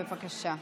בבקשה.